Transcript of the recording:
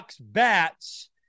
bats